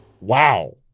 Wow